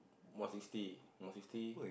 more sixty more sixty